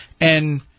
And-